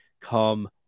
come